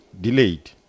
delayed